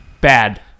Bad